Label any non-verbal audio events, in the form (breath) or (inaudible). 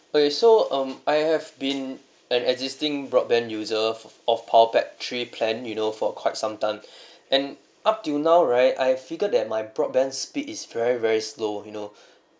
okay so um I have been an existing broadband user of power pack three plan you know for a quite some time (breath) and up till now right I have figured that my broadband speed is very very slow you know (breath)